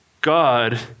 God